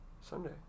Sunday